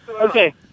Okay